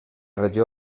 regió